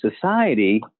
society